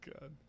God